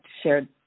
shared